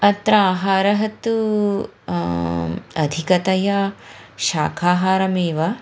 अत्र आहारः तु अधिकतया शाखाहारमेव